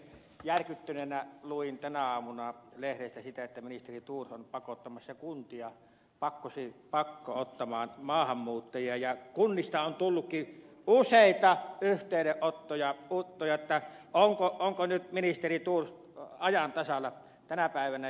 järkyttyneenä luin tänä aamuna lehdestä siitä että ministeri thors on pakottamassa kuntia pakko ottamaan maahanmuuttajia ja kunnista on tullutkin useita yhteydenottoja siitä onko nyt ministeri thors ajan tasalla tänä päivänä